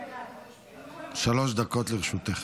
שלוש דקות לרשותך.